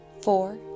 four